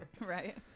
Right